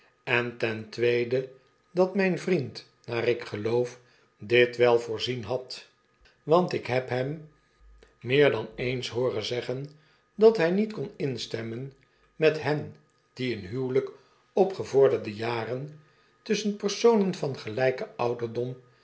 en ten tweede dat mijn vriend naar ik geloof dit wel voorzien had want ik heb hem meer naschrift van den dooyen heer dan eens hooren zeggen dat hy niet kon instemmen met hen die eenhuwelykopgevorderde jaren tusschen personen van geljjken ouderdom